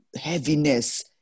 heaviness